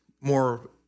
more